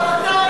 אבל אתה איש,